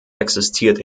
existiert